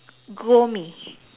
grow me